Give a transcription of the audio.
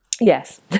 Yes